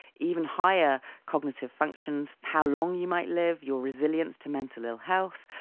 even higher cognitive functions, how long you might live, your resilience to mental ill-health,